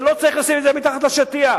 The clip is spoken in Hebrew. ולא צריך לשים את זה מתחת לשטיח.